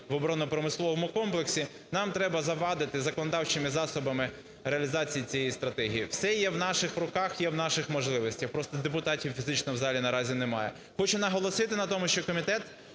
в оборонно-промисловому комплексі. Нам треба завадити законодавчими засобами реалізації цієї стратегії. Все є в наших руках, є в нашій можливості, просто депутатів фізично в залі наразі немає. Хочу наголосити на тому, що комітет